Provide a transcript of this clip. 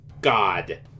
God